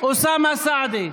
אוסאמה סעדי.